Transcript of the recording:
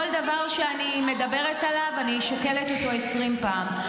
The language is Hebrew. ----- וכל דבר שאני מדברת עליו אני שוקלת אותו עשרים פעם.